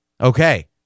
Okay